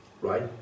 right